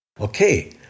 Okay